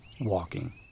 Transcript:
WALKING